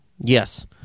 Yes